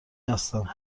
هستم